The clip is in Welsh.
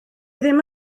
ddim